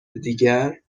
دیگر